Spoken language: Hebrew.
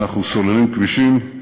אנחנו סוללים כבישים,